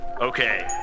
Okay